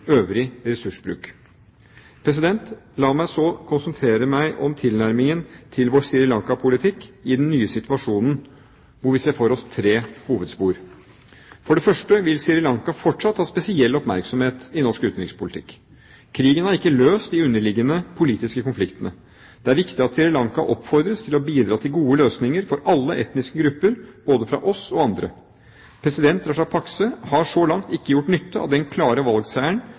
øvrig ressursbruk. La meg så konsentrere meg om tilnærmingen til vår Sri Lanka-politikk i den nye situasjonen hvor vi ser for oss tre hovedspor. For det første vil Sri Lanka fortsatt ha spesiell oppmerksomhet i norsk utenrikspolitikk. Krigen har ikke løst de underliggende politiske konfliktene. Det er viktig at Sri Lanka oppfordres til å bidra til gode løsninger for alle etniske grupper både fra oss og fra andre. President Rajapaksa har så langt ikke gjort nytte av den klare valgseieren